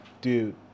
Dude